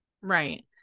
Right